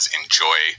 enjoy